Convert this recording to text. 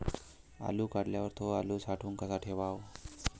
आलू काढल्यावर थो आलू साठवून कसा ठेवाव?